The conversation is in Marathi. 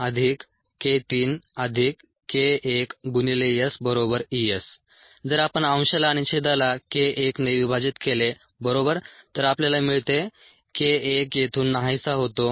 k1EtSk2k3ESk1ESS k1EtSk2k3k1SES k1EtSk2k3k1SES जर आपण अंशाला आणि छेदाला k 1 ने विभाजित केले बरोबर तर आपल्याला मिळते k 1 येथून नाहीसा होतो